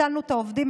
הצלנו את העובדים,